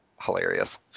hilarious